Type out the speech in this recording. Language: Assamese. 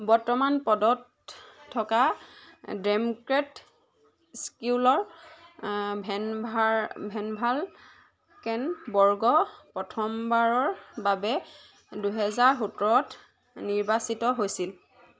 বৰ্তমান পদত থকা ডেম'ক্ৰেট স্কিউলৰ ভেনভাৰ ভেনভালকেনবৰ্গ প্ৰথমবাৰৰ বাবে দুহেজাৰ সোতৰত নিৰ্বাচিত হৈছিল